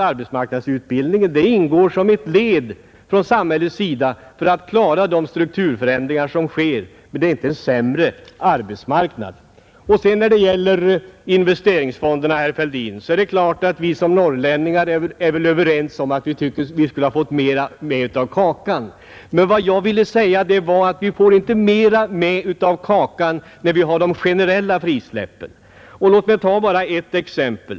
Arbetsmarknadsutbildningen ingår som ett led i strävandena från samhällets sida för att klara de strukturförändringar som sker, men det är inte fråga om en sämre arbetsmarknad. När det gäller investeringsfonderna, herr Fälldin, är det klart att vi som norrlänningar är överens om att vi borde ha fått mera med av kakan, men vad jag ville säga var att vi inte får mera med av kakan genom de generella frisläppen av investeringsmedel. Låt mig ta bara ett exempel.